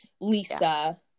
Lisa